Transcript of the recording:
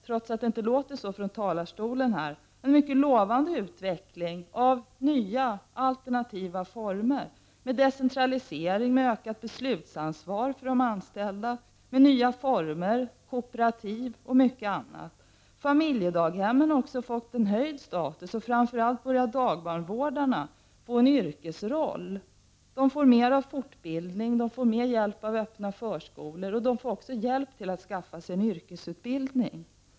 Trots att det inte låter så från talarstolen, finns det i dag en mycket lovande utveckling av nya alternativa former med decentralisering, utökat beslutsansvar för de anställda, nya former, kooperativ och mycket annat. Familjedaghemmen har fått en höjd status, och framför allt börjar dagbarnvårdarna att få en yrkesroll. De får mer fortbildning, mer hjälp av öppna förskolor och dessutom hjälp till att skaffa sig en yrkesutbildning.